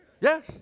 Yes